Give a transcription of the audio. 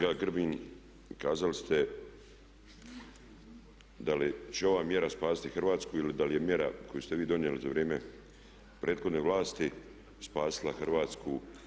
Kolega Grbin kazali ste da li će ova mjera spasiti Hrvatsku ili da li je mjera koju ste vi donijeli za vrijeme prethodne vlasti spasila Hrvatsku.